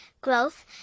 growth